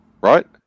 Right